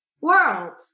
world